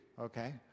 Okay